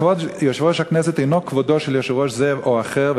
כבוד יושב-ראש הכנסת אינו כבודו של יושב-ראש זה או אחר,